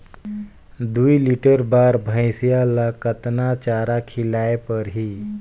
दुई लीटर बार भइंसिया ला कतना चारा खिलाय परही?